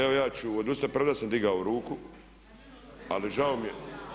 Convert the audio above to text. Evo ja ću odustati premda sam digao ruku, ali žao mi je.